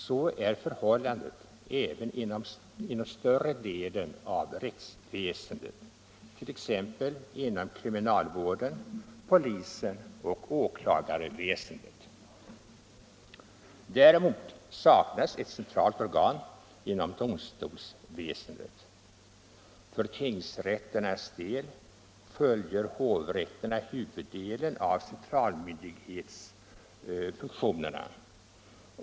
Så är förhållandet även inom större delen av rättsväsendet, t.ex. inom kriminalvården, polisen och åklagarväsendet. Däremot saknas ett centralt organ inom domstolsväsendet. För tingsrätternas del fullgör hovrätterna huvuddelen av centralmyndighetsfunktionerna.